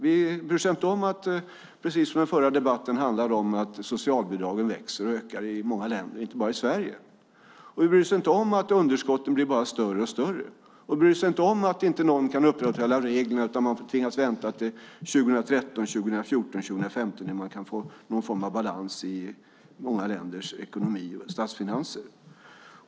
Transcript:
De bryr sig inte om att socialbidragen växer och ökar i många länder och inte bara i Sverige, vilket den förra debatten handlade om. De bryr sig inte om att underskotten bara blir större och större. De bryr sig inte om att inte någon kan upprätthålla reglerna utan man får tvingas vänta till 2013, 2014 eller 2015 innan man kan få någon form av balans i många länders ekonomi och statsfinanser.